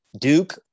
Duke